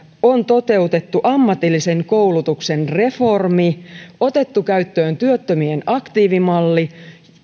on toteutettu ammatillisen koulutuksen reformi otettu käyttöön työttömien aktiivimalli